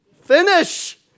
Finish